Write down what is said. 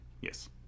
Yes